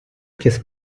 kiss